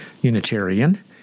Unitarian